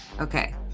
Okay